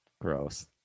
Gross